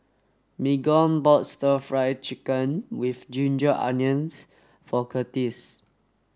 Mignon bought stir fried chicken with ginger onions for Curtis